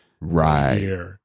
Right